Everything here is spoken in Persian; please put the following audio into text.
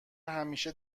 همیشه